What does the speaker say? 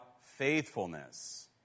faithfulness